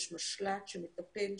יש משל"ט שמטפל,